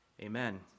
Amen